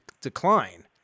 decline